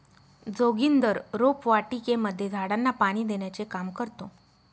जोगिंदर रोपवाटिकेमध्ये झाडांना पाणी देण्याचे काम करतो